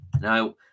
Now